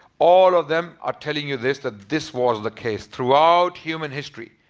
all of them are telling you this, that this was the case. throughout human history,